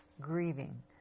grieving